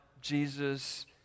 Jesus